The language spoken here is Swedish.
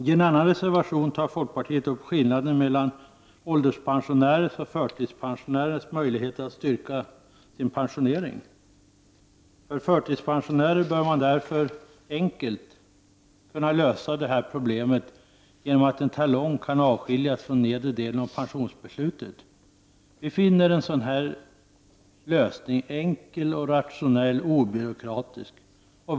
I en reservation tar folkpartiet upp skillnaden mellan ålderspensionärers och förtidspensionärers möjligheter att styrka sin pensionering. För förtidspensionärer bör man enkelt kunna lösa detta problem genom att en talong kan avskiljas från nedre delen av pensionsbeslutet. Vi finner denna lösning enkel, rationell och obyråkratisk.